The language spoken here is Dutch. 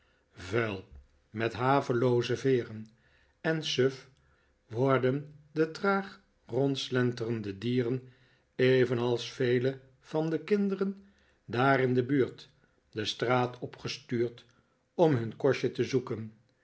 vuil met havelooze veeren en suf worden de traag rondslenterende dieren evenals vele van de kinderen daar in de buurt de straat opgestuurd om hun kostje te zoeken